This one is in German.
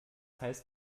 heißt